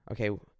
okay